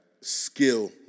skill